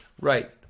Right